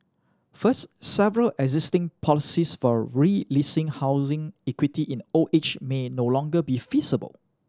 first several existing policies for releasing housing equity in the old age may no longer be feasible